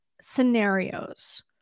scenarios